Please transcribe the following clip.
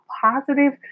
positive